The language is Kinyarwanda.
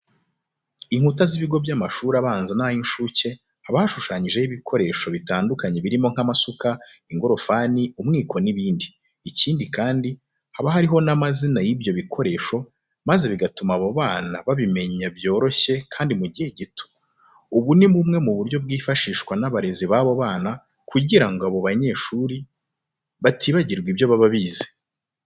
Inkuta z'ibigo by'amashuri abanza n'amashuri y'incuke, haba hashushanyijeho ibishushanyo bitandukanye birimo nk'amasuka, ingorofani, umwiko n'ibindi byinshi. Ikindi kandi, haba hariho n'amazina y'ibyo bikoresho maze bigatuma abo bana babimenya byoroshye kandi mu gihe gito. Ubu ni bumwe mu buryo bwifashishwa n'abarezi b'abo bana kugira ngo abanyeshuri batibagirwa ibyo baba bize.